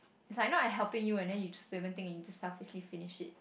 is like know I helping you and then you just never think and you just selfish finish it